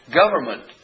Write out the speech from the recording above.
government